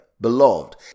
Beloved